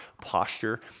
posture